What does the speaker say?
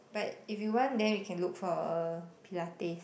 but if you want then we can look for a Pilates